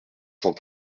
cent